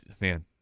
man